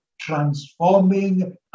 transforming